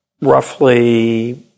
roughly